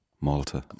Malta